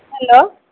hello